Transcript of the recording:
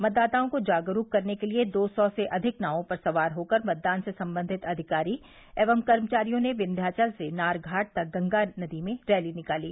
मतदाताओं को जागरूक करने के लिए दो सौ से अधिक नावों पर सवार होकर मतदान से सम्बंधित अधिकारी एवं कर्मचारियों ने विन्ध्याचल से नारघाट तक गंगा नदी में रैली निकाली